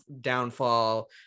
downfall